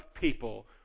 people